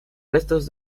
restos